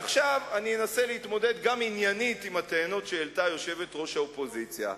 ועכשיו אנסה להתמודד גם עניינית עם הטענות שהעלתה יושבת-ראש האופוזיציה,